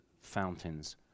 fountains